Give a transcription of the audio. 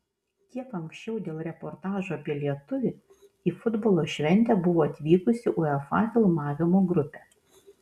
kiek anksčiau dėl reportažo apie lietuvį į futbolo šventę buvo atvykusi uefa filmavimo grupė